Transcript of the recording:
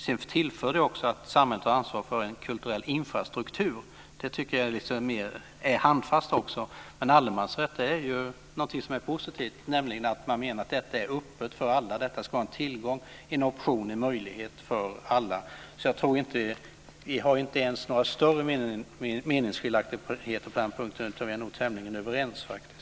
Sedan tillför det också att samhället tar ansvar för en kulturell infrastruktur. Det tycker jag också är mer handfast. Men allemansrätt är ju någonting som är positivt. Man menar att detta är öppet för alla. Det ska vara en tillgång, en option och en möjlighet för alla. Jag tror inte att vi har några större meningsskiljaktigheter på den punkten, utan vi är nog tämligen överens.